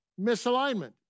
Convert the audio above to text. misalignment